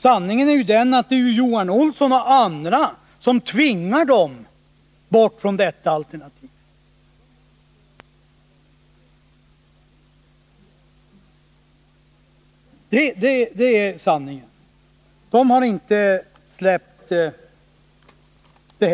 Sanningen är ju att det är Johan Olsson och andra som tvingar dem bort från detta alternativ. Själva har de inte släppt det.